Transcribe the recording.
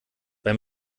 beim